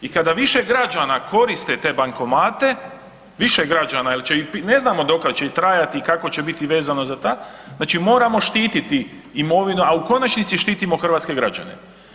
I kada više građana koriste te bankomate više građana jel ne znamo do kad će i trajati i kako će biti vezano, znači moramo štiti imovinu, a u konačnici štitimo hrvatske građane.